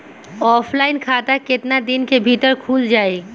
Offline खाता केतना दिन के भीतर खुल जाई?